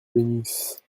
bénisse